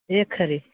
एह् खरी